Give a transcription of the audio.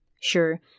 Sure